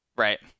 right